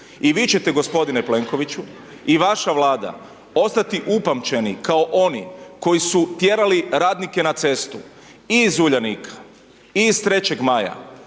I vi ćete g. Plenkoviću i vaša Vlada ostati upamćeni kao oni koji su tjerali radnike na cestu. I iz Uljanika. I iz Trećeg maja.